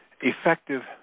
effective